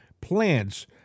plants